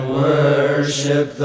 worship